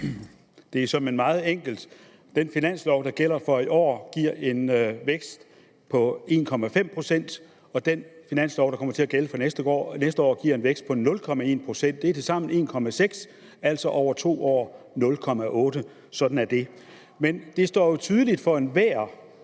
Det er såmænd meget enkelt: Den finanslov, der gælder for i år, giver en vækst på 1,5 pct., og den finanslov, der kommer til at gælde for næste år, giver en vækst på 0,1 pct. Det er tilsammen 1,6 pct., altså 0,8 pct. over 2 år. Sådan er det. Men det står jo tydeligt for enhver,